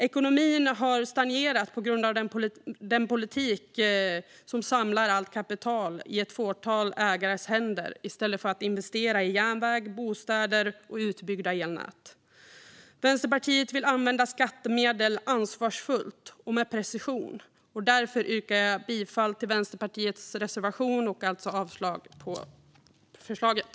Ekonomin har stagnerat på grund av den politik som samlar allt kapital i ett fåtal ägares händer i stället för att investera i järnvägar, bostäder och utbyggda elnät. Vänsterpartiet vill använda skattemedel ansvarsfullt och med precision. Därför yrkar jag bifall till Vänsterpartiets reservation och alltså avslag på förslaget.